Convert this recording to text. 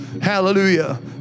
hallelujah